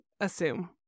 assume